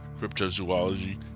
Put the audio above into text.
cryptozoology